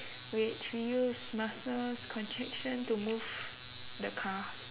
which we use muscles contraction to move the cars